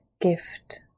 gift